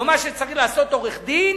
או מה שצריך לעשות עורך-דין,